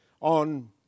on